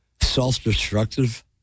self-destructive